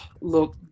Look